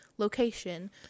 location